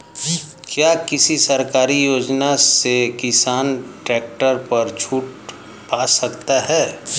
क्या किसी सरकारी योजना से किसान ट्रैक्टर पर छूट पा सकता है?